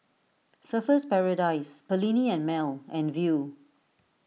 Surfer's Paradise Perllini and Mel and Viu